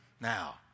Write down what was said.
Now